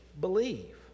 believe